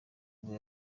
nibwo